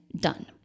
done